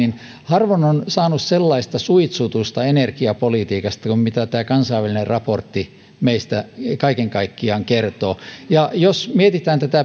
eilen harvoin on saanut sellaista suitsutusta energiapolitiikasta kuin mitä tämä kansainvälinen raportti meistä kaiken kaikkiaan kertoo ja jos mietitään